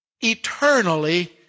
eternally